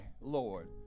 Lord